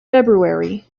february